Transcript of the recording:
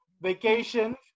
vacation